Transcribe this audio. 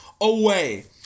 away